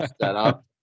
setup